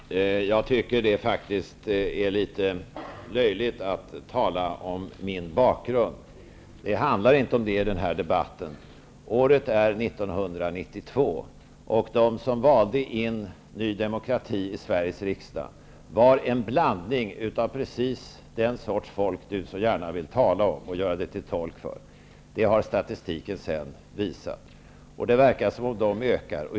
Fru talman! Jag tycker faktiskt att det är litet löjligt att tala om min bakgrund. Det handlar inte om det i den här debatten. Året är 1992, och de som valde in Ny demokrati i Sveriges riksdag var en blandning av precis den sorts folk som Lars Werner så gärna vill tala om och göra sig till tolk för. Det har statistiken visat, och det verkar som om antalet ökar.